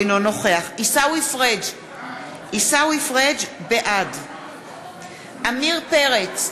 אינו נוכח עיסאווי פריג' בעד עמיר פרץ,